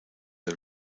del